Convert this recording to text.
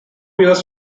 years